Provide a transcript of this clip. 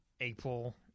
April